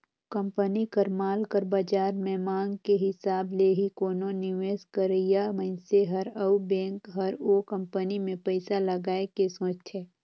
company कर माल कर बाजार में मांग के हिसाब ले ही कोनो निवेस करइया मनइसे हर अउ बेंक हर ओ कंपनी में पइसा लगाए के सोंचथे